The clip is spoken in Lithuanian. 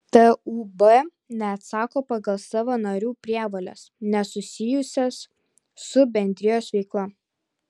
tūb neatsako pagal savo narių prievoles nesusijusias su bendrijos veikla